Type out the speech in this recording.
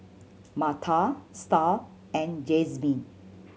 Martha Starr and Jazmin